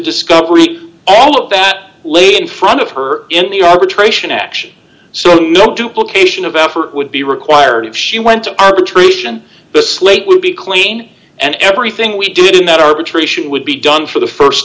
discovery all of that laid in front of her in the arbitration action so no duplications of effort would be required if she went to arbitration the slate would be clean and everything we did in that arbitration would be done for the